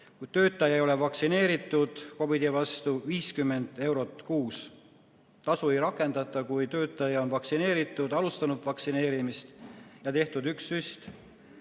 kui töötaja ei ole vaktsineeritud COVID-i vastu, 50 eurot kuus. Tasu ei rakendata, kui töötaja on vaktsineeritud, alustanud vaktsineerimist ja tehtud üks süst.